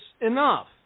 enough